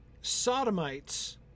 sodomites